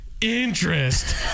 interest